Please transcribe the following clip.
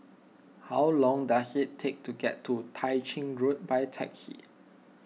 how long does it take to get to Tah Ching Road by taxi